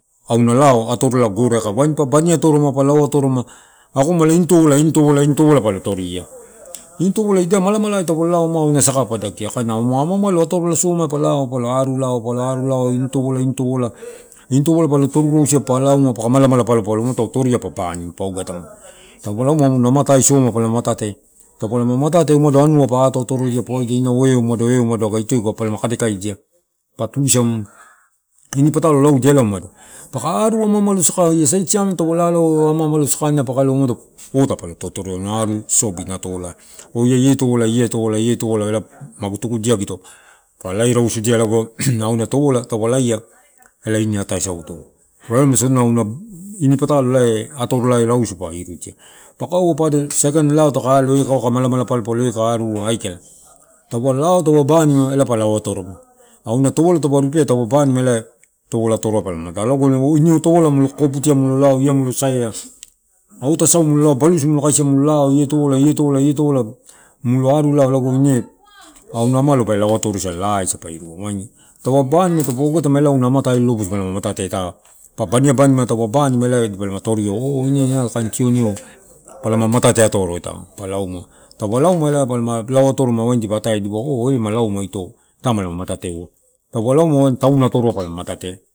Auna lao atoro la gore aka ba, baniatoroma pa lao torola. Age mala galein tolain topola inipola palo toria. ini topola, ida malamala taupe lao ma auna saka pa dakia auna ama amalo atoro la soma pa lau, pola arulau pola aru lao ini topolai initopola ini topola palo toru, rausi, pa lauma paka malamala palopalo muata torua pa, bani paupe tauma. Tauma lauma auna amatai somai palama matate. Taupalama matate ma uma anua pa ato atoria poidia eumado, eumado, palama kadekaidia, patusamu ini patalo laudia ela umado, paka aru ama-ama lo saka. Ia sai siam taupe lalaeu au ama amalo sakana pakalo, ota palo totorueu auana aru sosobi natolai. Oh ia ia topolola ia topolola ia topola, elae magu tugudi a gito. Pa lai rausudia re auna topola taupe laia ela ine ataesauto. Raremai sonaina ini patalo ela atorolai lau supa iritia, pakaua pado saikain lao takau alo kaka mala mala palopalo, eh kai ari, ua, aikala. Taupa lao, taupe banima ela pa lauatoro, auna topola tau rupea, taupe pe baniama touala toroai pa lama matate. Ona galo mulio tu kokoputia mulo lao iamu saia alogani aputa asaimulao balusu tau kaisi ma lao. Ia topolai, ia topolai, ia topolai ela mulo aru lalau, auna ama amalo laa, asa pa irua, waini taupe, banima taupe ogatama ela palama, matate lolobusu matate, ita. Pa bania banima animalai dipalama torio ena fain tiuni palama matate atoro etam pa lauma taupalauma lao palama lao eatoroma wain dipa atae dipa lauma ito, tamulama matate taupa lauma atoroa matate.